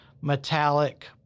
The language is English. metallic